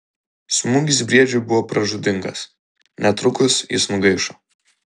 smūgis briedžiui buvo pražūtingas netrukus jis nugaišo